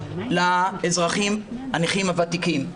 האזרחים הנכים הוותיקים.